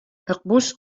акбүз